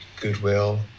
goodwill